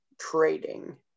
trading